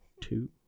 two